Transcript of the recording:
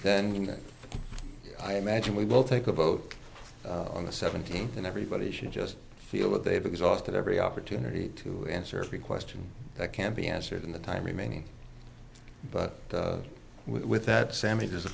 then i imagine we will take a vote on the seventeenth and everybody should just feel that they've exhausted every opportunity to answer every question that can be answered in the time remaining but with that sa